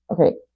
Okay